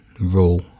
rule